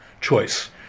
choice